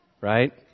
Right